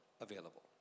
available